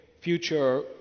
future